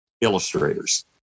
illustrators